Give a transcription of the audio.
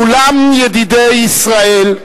כולם ידידי ישראל,